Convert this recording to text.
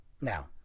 Now